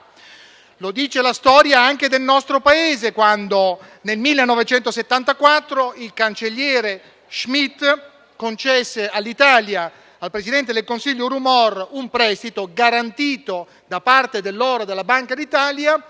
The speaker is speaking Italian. Lo dice anche la storia del nostro Paese quando, nel 1974, il cancelliere Schmidt concesse all'Italia, al presidente del Consiglio Rumor, un prestito garantito da parte dell'oro della Banca d'Italia,